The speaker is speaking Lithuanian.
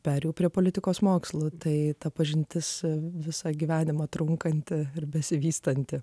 perėjau prie politikos mokslų tai ta pažintis visą gyvenimą trunkanti ir besivystanti